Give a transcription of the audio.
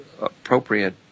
appropriate